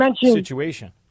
situation